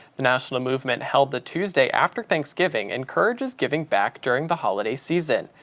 the national movement, held the tuesday after thanksgiving, encourages giving back during the holiday season.